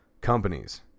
companies